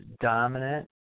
dominant